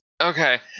Okay